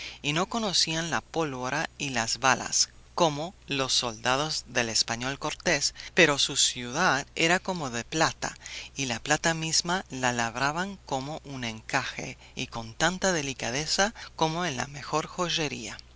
y no conocían la pólvora y las balas como los soldados del español cortés pero su ciudad era como de plata y la plata misma la labraban como un encaje con tanta delicadeza como en la mejor joyería